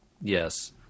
Yes